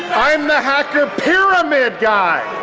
i'm the hacker pyramid guy!